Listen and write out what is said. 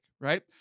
right